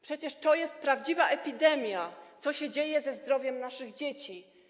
Przecież to jest prawdziwa epidemia, to, co się dzieje ze zdrowiem naszych dzieci.